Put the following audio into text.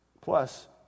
Plus